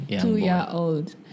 two-year-old